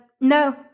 no